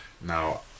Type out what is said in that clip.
now